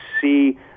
see